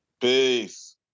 Peace